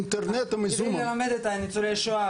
--- צריך ללמד את ניצולי השואה